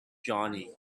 johnny